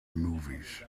movies